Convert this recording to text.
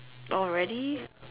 already